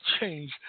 change